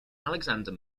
alexander